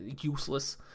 useless